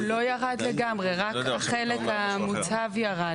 הוא לא ירד לגמרי, רק החלק המוצהב ירד.